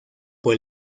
por